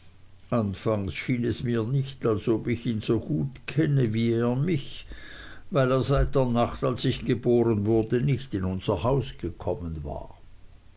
anfangs schien es mir nicht als ob ich ihn so gut kenne wie er mich weil er seit der nacht als ich geboren wurde nicht in unser haus gekommen war